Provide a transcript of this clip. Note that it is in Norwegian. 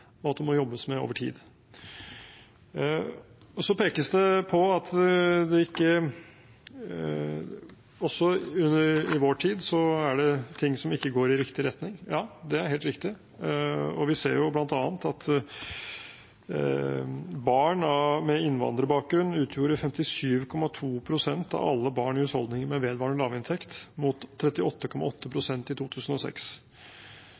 og at det må jobbes med over tid. Så pekes det på at det også i vår tid er ting som ikke går i riktig retning. Ja, det er helt riktig, og vi ser bl.a. at barn med innvandrerbakgrunn utgjorde 57,2 pst. av alle barn i husholdninger med vedvarende lavinntekt, mot 38,8